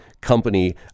company